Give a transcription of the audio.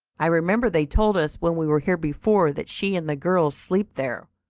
i remember they told us when we were here before, that she and the girls sleep there,